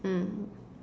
mm